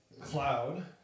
Cloud